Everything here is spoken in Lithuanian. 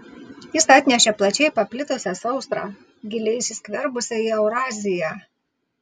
jis atnešė plačiai paplitusią sausrą giliai įsiskverbusią į euraziją